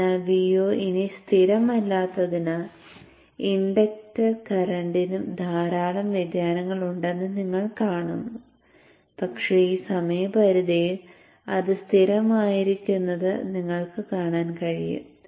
അതിനാൽ Vo ഇനി സ്ഥിരമല്ലാത്തതിനാൽ ഇൻഡക്റ്റ് കറന്റിനും ധാരാളം വ്യതിയാനങ്ങൾ ഉണ്ടെന്ന് നിങ്ങൾ കാണുന്നു പക്ഷേ ഈ സമയ പരിധിയിൽ അത് സ്ഥിരമായിരിക്കുന്നത് നിങ്ങൾക്ക് കാണാൻ കഴിയും